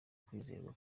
kwizerwa